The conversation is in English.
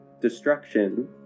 destruction